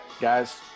guys